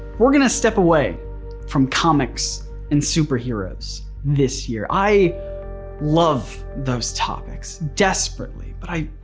we're gonna step away from comics and superheroes this year. i love those topics desperately but i